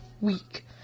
Week